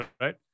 right